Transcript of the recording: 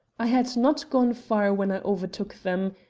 i had not gone far when i overtook them.